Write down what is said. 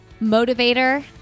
motivator